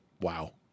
wow